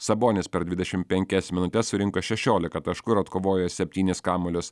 sabonis per dvidešimt penkias minutes surinko šešiolika taškų ir atkovojo septynis kamuolius